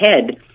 head